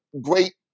great